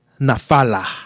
Nafala